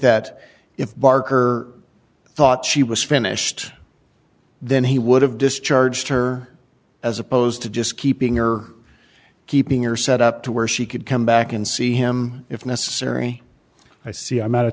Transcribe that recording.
that if barker thought she was finished then he would have discharged her as opposed to just keeping her keeping her set up to where she could come back and see him if necessary i see i'm